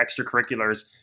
extracurriculars